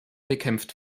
bekämpft